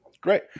Great